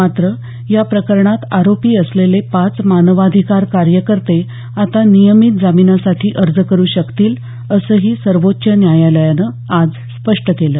मात्र याप्रकरणात आरोपी असलेले पाच मानवाधिकार कार्यकर्ते आता नियमित जामीनासाठी अर्ज करू शकतील असंही सर्वोच्च न्यायालयानं आज स्पष्ट केलं